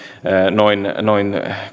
noin